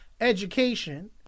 education